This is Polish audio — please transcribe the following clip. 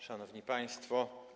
Szanowni Państwo!